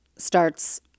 starts